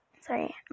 sorry